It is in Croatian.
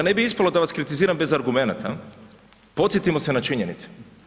Ali da ne bi ispalo da vas kritiziram bez argumenata podsjetimo se na činjenice.